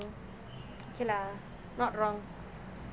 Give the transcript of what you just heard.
okay lah not wrong